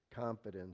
confidence